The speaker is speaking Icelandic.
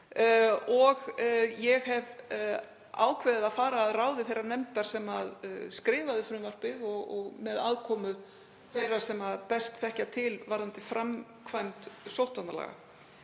Ég hef ákveðið að fara að ráði þeirrar nefndar sem skrifaði frumvarpið með aðkomu þeirra sem best þekkja til varðandi framkvæmd sóttvarnalaga.